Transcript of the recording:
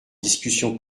discussion